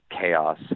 chaos